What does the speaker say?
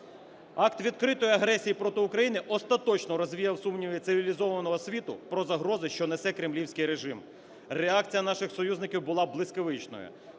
Акт відкритої агресії проти України остаточно розвіяв сумніви цивілізованого світу про загрози, що несе кремлівський режим. Реакція наших союзників була блискавичною: